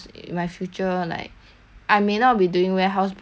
I may not be doing warehouse but it's good on my resume lor